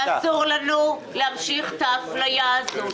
אסור לנו להמשיך את האפליה הזו.